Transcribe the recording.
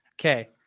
Okay